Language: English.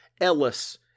Ellis